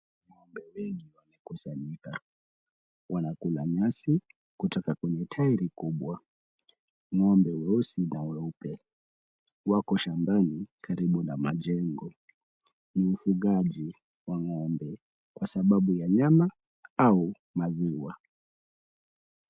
Ng'ombe wengi wamekusanyika. Wanakula nyasi kutoka kwenye tairi kubwa. Ng'ombe weusi na weupe wako shambani karibu na majengo. Ni ufugaji wa ng'ombe kwasababu ya nyama au maziwa.